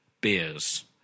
beers